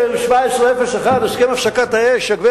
אף אחד לא אמר שלא היינו אגרסיביים במלחמת לבנון השנייה.